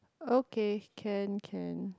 okay can can